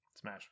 smash